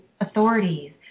authorities